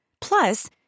Plus